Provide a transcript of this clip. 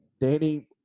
Danny